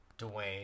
Dwayne